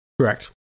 Correct